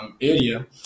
area